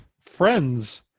friends